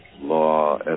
law